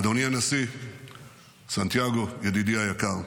אדוני הנשיא סנטיאגו, ידידי היקר,